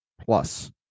plus